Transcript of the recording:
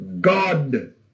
God